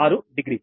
06 degree